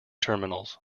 terminals